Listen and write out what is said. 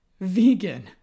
vegan